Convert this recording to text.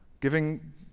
giving